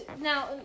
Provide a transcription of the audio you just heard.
Now